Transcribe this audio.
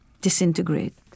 disintegrate